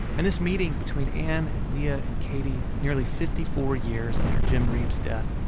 and this meeting between anne and leah and katie, nearly fifty four years after jim reeb's death,